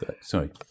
sorry